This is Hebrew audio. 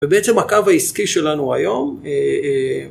ובעצם הקו העסקי שלנו היום